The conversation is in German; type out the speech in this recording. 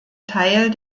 teil